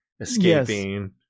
escaping